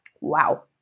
Wow